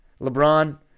LeBron